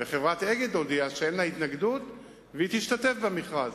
וחברת "אגד" הודיעה שאין לה התנגדות והיא תשתתף במכרז,